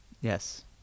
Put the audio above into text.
Yes